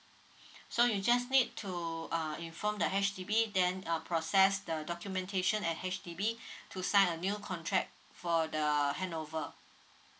so you just need to uh inform the H_D_B then uh process the documentation at H_D_B to sign a new contract for the handover